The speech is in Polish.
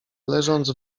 leżąc